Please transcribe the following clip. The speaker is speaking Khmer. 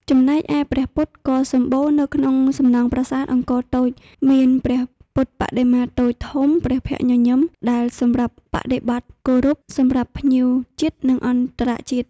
ចំណែកឯព្រះពុទ្ធក៏សំបូរនៅក្នុងសំណង់ប្រាសាទអង្គរតូចមាន ព្រះពុទ្ធបដិមាតូចធំព្រះភ័ក្ត្រញញឹមដែលសម្រាប់បដិប័ត្រគោរពសម្រាប់ភ្ញៀវជាតិនិងអន្តរជាតិ់។